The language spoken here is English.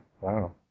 wow